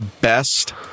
Best